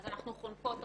אז אנחנו חונקות אותן,